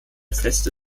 feste